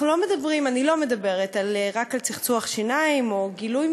אני לא מדברת רק על צחצוח שיניים או גילוי